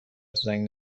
زنگ